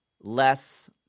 less